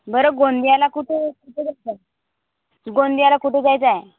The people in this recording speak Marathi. बरं गोंदियाला कुठे कुठे जायचं आहे गोंदियाला कुठे जायचं आहे